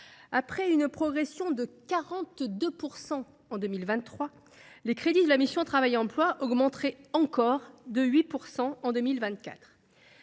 après une progression de 42 % en 2023, les crédits de la mission « Travail et emploi » augmenteraient encore de 8 % en 2024.